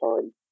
time